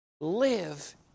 live